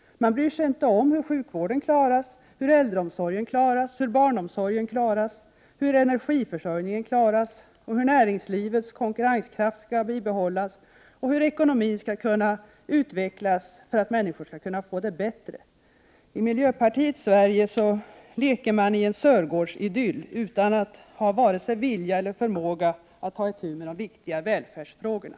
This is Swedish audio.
Man bryr sig inte om hur sjukvården, äldreomsorgen, barnomsorgen och energiförsörjningen skall klaras. Man bryr sig inte heller om hur näringslivets konkurrenskraft skall bibehållas och hur ekonomin skall kunnna utvecklas så att människor skall få det bättre. I miljöpartiets Sverige leker man i en Sörgårdsidyll, utan att ha vare sig vilja eller förmåga att ta itu med de viktiga välfärdsfrågorna.